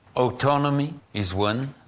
autonomy is one,